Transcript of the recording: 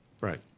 Right